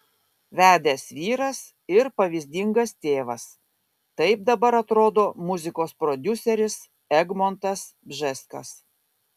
vedęs vyras ir pavyzdingas tėvas taip dabar atrodo muzikos prodiuseris egmontas bžeskas